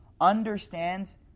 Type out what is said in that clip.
understands